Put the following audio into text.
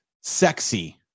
sexy